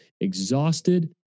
exhausted